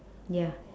ya